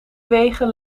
wegen